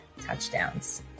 touchdowns